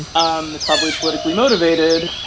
um it's probably politically motivated.